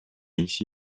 issy